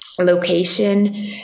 location